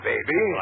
Baby